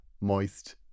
moist